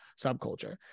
subculture